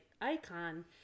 icon